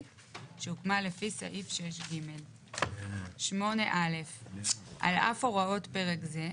שהוקמה לפי סעיף 6ג (8א) על אף הוראות פרק זה,